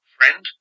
Friend